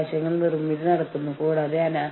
ഒരു മധ്യസ്ഥൻ ഒരു നിഷ്പക്ഷ വ്യക്തിയാണ്